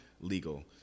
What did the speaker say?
legal